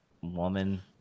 woman